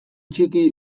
txiki